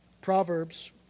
Proverbs